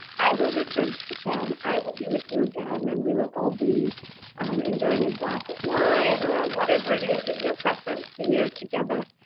i will return to japan. i will be with you again, and we will all be enjoying a glass of wine or whatever it is, is your preference beer together.